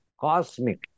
cosmic